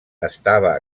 estava